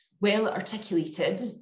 well-articulated